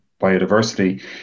biodiversity